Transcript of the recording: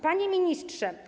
Panie Ministrze!